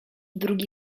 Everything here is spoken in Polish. drugi